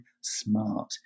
smart